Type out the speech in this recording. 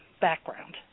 background